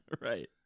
right